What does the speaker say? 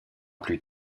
plus